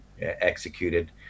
executed